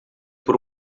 por